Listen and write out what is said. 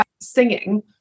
singing